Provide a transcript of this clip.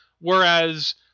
Whereas